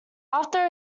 after